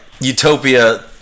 utopia